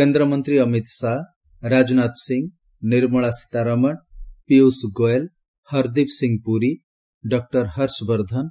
କେନ୍ଦ୍ରମନ୍ତ୍ରୀ ଅମିତ୍ ଶାହ ରାଜନାଥ ସିଂହ ନିର୍ମଳା ଶୀତାରମଣ ପୀୟୁଷ ଗୋଏଲ ହରଦୀପ ସିଂ ପୁରୀ ଡକ୍ଟର ହର୍ଷବର୍ଦ୍ଧନ